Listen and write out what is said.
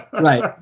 right